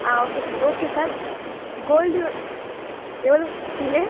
ஆ okay ஸ் okay sir gold எவ்வளோ வச்சிருக்கீங்க